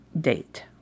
date